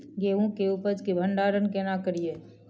गेहूं के उपज के भंडारन केना करियै?